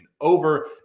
over